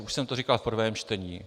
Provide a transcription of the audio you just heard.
Už jsem to říkal v prvém čtení.